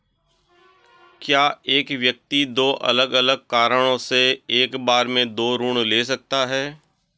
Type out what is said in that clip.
क्या एक व्यक्ति दो अलग अलग कारणों से एक बार में दो ऋण ले सकता है?